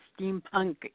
steampunk